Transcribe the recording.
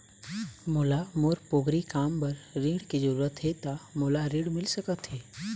मोला मोर पोगरी काम बर ऋण के जरूरत हे ता मोला ऋण मिल सकत हे?